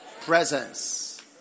presence